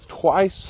twice